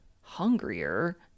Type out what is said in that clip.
hungrier